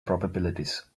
probabilities